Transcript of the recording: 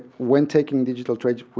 when taking digital trade,